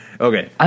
Okay